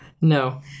No